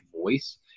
voice